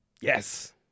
Yes